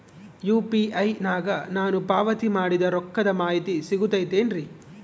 UPI ನಾಗ ನಾನು ಪಾವತಿ ಮಾಡಿದ ರೊಕ್ಕದ ಮಾಹಿತಿ ಸಿಗುತೈತೇನ್ರಿ?